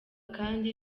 kandi